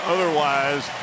Otherwise